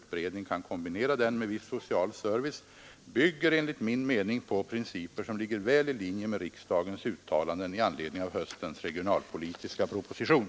PRECIREnE utbredning kan kombinera den med viss social service — bygger enligt för indragning oc min mening på principer som ligger väl i linje med riksdagens uttalanden i — POStStationer anledning av höstens regionalpolitiska proposition.